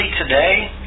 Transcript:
today